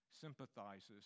sympathizes